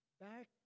back